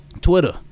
Twitter